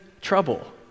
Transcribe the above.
trouble